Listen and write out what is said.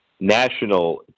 national